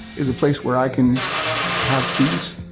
is a place where i can have peace.